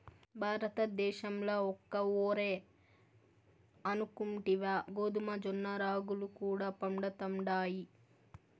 భారతద్దేశంల ఒక్క ఒరే అనుకుంటివా గోధుమ, జొన్న, రాగులు కూడా పండతండాయి